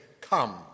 Come